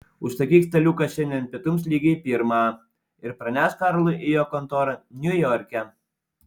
užsakyk staliuką šiandien pietums lygiai pirmą ir pranešk karlui į jo kontorą niujorke